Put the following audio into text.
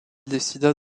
décida